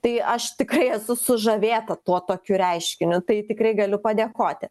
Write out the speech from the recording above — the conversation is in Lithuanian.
tai aš tikrai esu sužavėta tuo tokiu reiškiniu tai tikrai galiu padėkoti